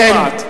מה שאת שומעת.